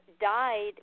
died